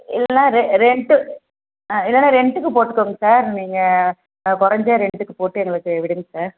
இல்லைன்னா ரெ ரென்ட்டு ஆ இல்லைன்னா ரென்ட்டுக்கு போட்டுக்கோங்க சார் நீங்கள் குறைஞ்ச ரென்ட்டுக்கு போட்டு எங்களுக்கு விடுங்க சார்